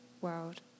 world